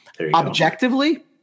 objectively